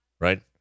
Right